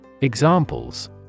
Examples